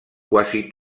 quasi